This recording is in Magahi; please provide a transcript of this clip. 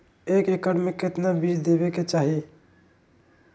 एक एकड़ मे केतना बीज देवे के चाहि?